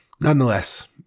nonetheless